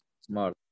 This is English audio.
smart